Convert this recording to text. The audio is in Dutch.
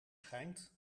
schijnt